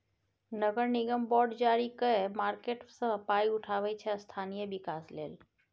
नगर निगम बॉड जारी कए मार्केट सँ पाइ उठाबै छै स्थानीय बिकास लेल